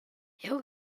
jeu